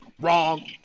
Wrong